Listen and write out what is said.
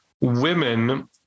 women